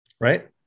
Right